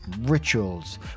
rituals